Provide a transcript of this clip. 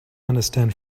understand